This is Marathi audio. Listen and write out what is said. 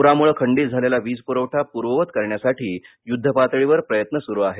पुरामुळे खंडीत झालेला वीजपुरवठा पूर्ववत करण्यासाठी युध्दपातळीवर प्रयत्न सुरू आहेत